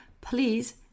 please